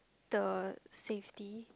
the safety